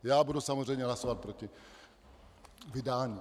Já budu samozřejmě hlasovat proti vydání.